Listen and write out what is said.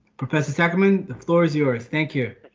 professor sacrament the floor is yours. thank you,